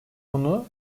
bunu